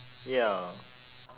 ya